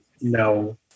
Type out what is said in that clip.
No